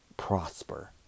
Prosper